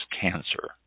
cancer